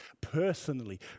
personally